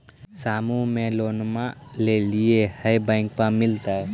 समुह मे लोनवा लेलिऐ है बैंकवा मिलतै?